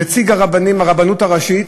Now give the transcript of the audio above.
נציג הרבנות הראשית,